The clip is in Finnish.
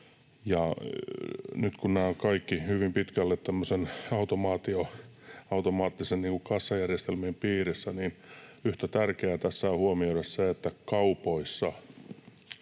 nyt kun nämä ovat kaikki hyvin pitkälle automaattisten kassajärjestelmien piirissä, niin yhtä tärkeää tässä on huomioida se, että kaupoissa